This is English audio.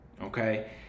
okay